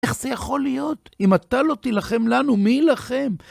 איך זה יכול להיות? אם אתה לא תלחם לנו, מי ילחם?